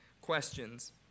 questions